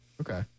okay